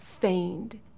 feigned